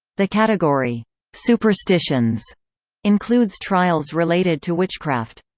the category superstitions includes trials related to witchcraft.